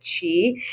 Chi